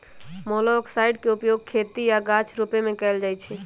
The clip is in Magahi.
मोलॉक्साइड्स के उपयोग खेती आऽ गाछ रोपे में कएल जाइ छइ